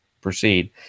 proceed